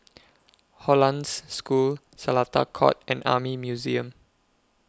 Hollandse School Seletar Court and Army Museum